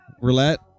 Roulette